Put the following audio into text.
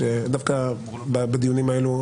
דווקא בדיונים האלה,